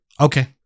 Okay